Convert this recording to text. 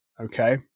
Okay